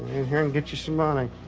here and get you some money.